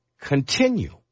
continue